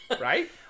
right